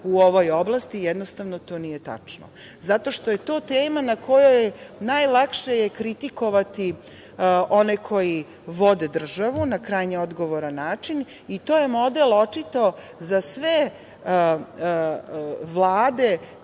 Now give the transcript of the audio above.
u ovoj oblasti, jednostavno to nije tačno zato što je to tema na kojoj je najlakše kritikovati one koji vode državu na krajnje odgovoran način. To je model, očito, za sve vlade